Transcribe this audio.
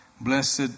blessed